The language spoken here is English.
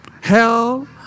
Hell